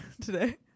today